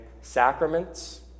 sacraments